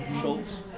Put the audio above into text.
Schultz